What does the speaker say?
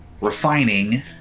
refining